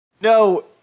No